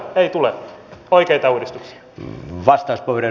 ei tule oikeita uudistuksia